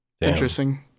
Interesting